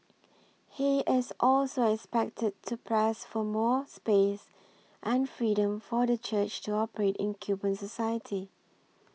he is also expected to press for more space and freedom for the church to operate in Cuban society